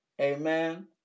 Amen